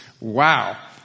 Wow